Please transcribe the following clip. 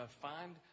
find